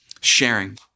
Sharing